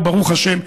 וברוך השם,